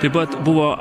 taip pat buvo